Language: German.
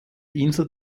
insel